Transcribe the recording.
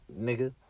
nigga